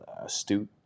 astute